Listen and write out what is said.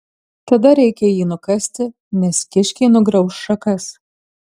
tada reikia jį nukasti nes kiškiai nugrauš šakas